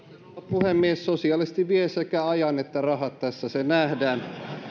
puhemies sosialisti vie sekä ajan että rahat tässä se nähdään